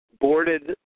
boarded